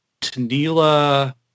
tanila